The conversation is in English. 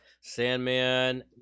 Sandman